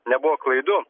nebuvo klaidų